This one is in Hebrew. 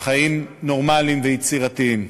חיים נורמליים ויצירתיים.